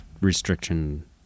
restriction